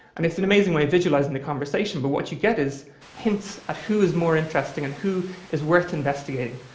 and it's an amazing way of visualizing the conversation, but what you get is hints at who is more interesting and who is worth investigating.